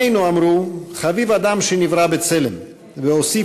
1912, 1918, 1924, 1983, 1996 ו-2019.